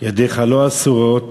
"ידך לא אסֻרות